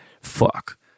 fuck